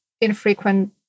infrequent